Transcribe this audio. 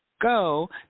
go